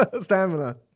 Stamina